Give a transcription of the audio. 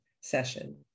session